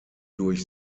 durch